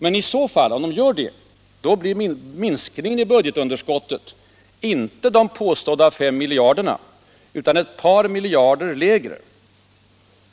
Men i så fall blir minskningen i budgetunderskottet inte de påstådda 5 miljarderna utan ett par miljarder lägre.